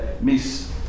miss